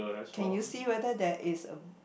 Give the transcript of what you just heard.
can you see whether there is a